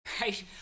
right